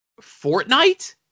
Fortnite